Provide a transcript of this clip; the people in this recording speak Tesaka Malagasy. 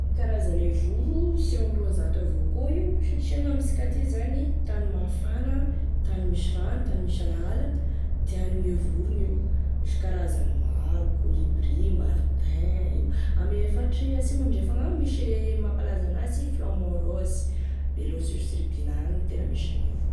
E karazane vorogny sy ame rozato eo avao koa io satria gn'amisika aty zany tany mafana tany misy rano tany misy ala ala tianigne vorogny io, misy karazany maro colibri martin ame faritry asimo andrefagny agny misy e mampalaza an'azy flamant rose Beloha sur Tsiribihina agny e tena misy an'io.